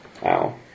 Wow